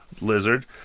lizard